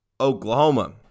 Oklahoma